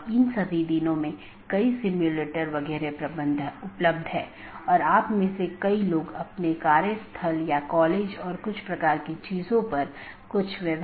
इसलिए हम बाद के व्याख्यान में इस कंप्यूटर नेटवर्क और इंटरनेट प्रोटोकॉल पर अपनी चर्चा जारी रखेंगे